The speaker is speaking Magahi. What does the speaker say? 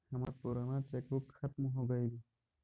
हमर पूराना चेक बुक खत्म हो गईल